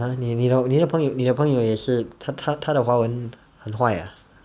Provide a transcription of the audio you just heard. !huh! 你你的你的朋友你的朋友也是他他他的华文很坏啊